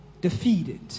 defeated